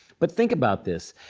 but think about this.